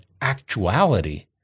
actuality